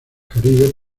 caribes